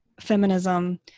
feminism